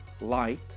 Light